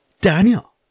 Daniel